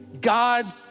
God